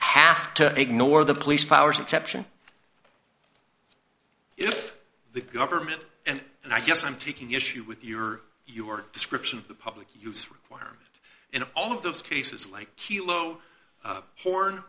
have to ignore the police powers exception if the government and and i guess i'm taking issue with your your description of the public use requirement in all of those cases like